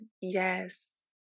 Yes